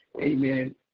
amen